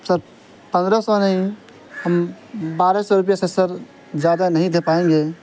سر پندرہ سو نہیں ہم بارہ سو روپئے سے سر زیادہ نہیں دے پائیں گے